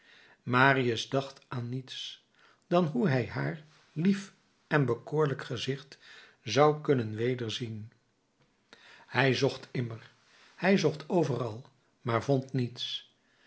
marius dacht aan niets dan hoe hij haar lief en bekoorlijk gezicht zou kunnen wederzien hij zocht immer hij zocht overal maar vond niets